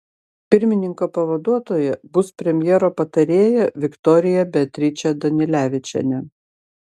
pirmininko pavaduotoja bus premjero patarėja viktorija beatričė danilevičienė